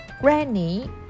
Granny